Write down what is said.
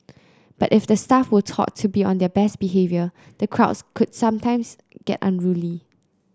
but if the staff were taught to be on their best behaviour the crowds could some times get unruly